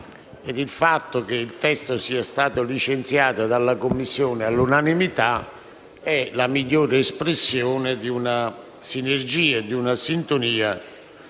il fatto che il testo sia stato licenziato all'unanimità è la migliore espressione di una sinergia e di una sintonia